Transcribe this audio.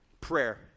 Prayer